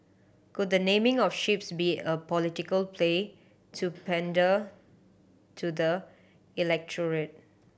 could the naming of ships be a political play to pander to the